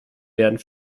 werden